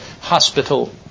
hospital